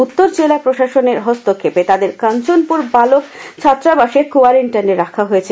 উত্তর জেলা প্রশাসনের হস্তক্ষেপে তাদের কাঞ্চনপূর বালক ছাত্রাবাসে কোয়ারেন্টাইনে রাখা হয়েছে